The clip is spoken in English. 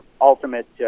ultimate